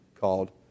called